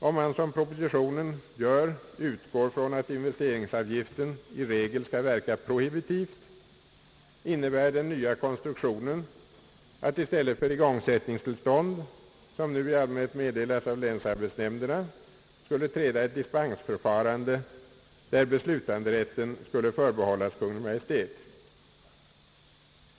Om man, som propositionen gör, utgår från att investeringsavgiften i regel skall verka prohibitivt, innebär den nya konstruktionen att i stället för igångsättningstillstånd, som nu i allmänhet meddelas av länsarbetsnämnderna, skulle träda ett dispensförfarande, där beslutanderätten skulle förbehållas Kungl. Maj:t.